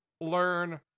learn